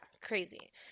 crazy